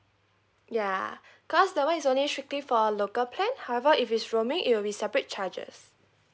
ya cause that one is only strictly for local plan however if it's roaming it will be separate charges